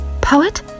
Poet